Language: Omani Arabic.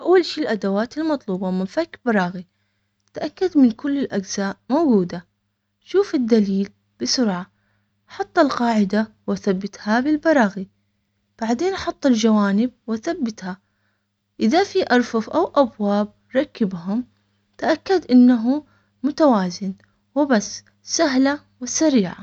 اول شي الادوات المطلوبة مفك براغي تأكد من كل الاجزاء موجودة شوف الدليل بسرعة حط القاعدة وثبت هذي البراغي بعدين احط الجوانب واثبتها اذا في ارفف او ابواب ركبهم تأكد انه متواجد وبس سهلة وسريعة